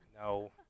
No